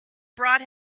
brought